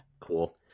Cool